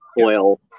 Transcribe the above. oil